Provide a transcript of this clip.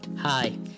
Hi